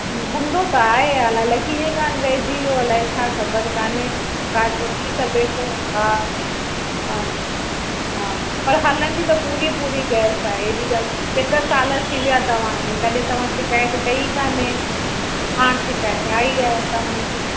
हूंदो त आहे अल अलाए कीअं कान रहिजी वियो अलाए छा ख़बर काने छा थियो थी सघे थो हा हा हा पर हलंदी त पूरी पूरी गैस आहे हेॾी ॻा केतिरा साल थी विया तव्हांखे कॾहिं तव्हां शिकायत कई काने हाणे शिकायत आई आहे तव्हांजी